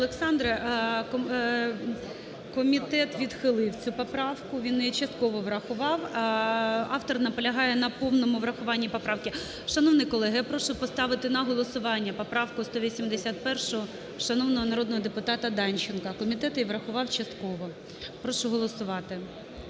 Олександре. Комітет відхилив цю поправку, він її частково врахував. Автор наполягає на повному врахуванні поправки. Шановні колеги, я прошу поставити на голосування поправку 181 шановного народного депутата Данченка. Комітет її врахував частково. Прошу голосувати.